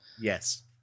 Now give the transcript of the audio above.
Yes